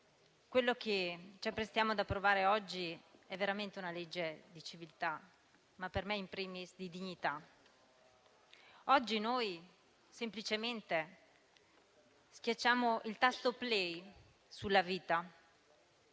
quello che ci apprestiamo ad approvare oggi è veramente una legge di civiltà, ma per me *in primis* di dignità. Oggi noi semplicemente schiacciamo il tasto "*play*" sulla vita,